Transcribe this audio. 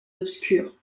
obscure